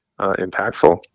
impactful